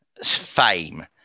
fame